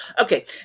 Okay